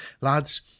lads